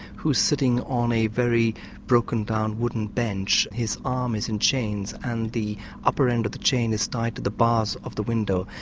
who is sitting on a very broken-down wooden bench, his arm is in chains and the upper end of the chain is tied to the bars of the window.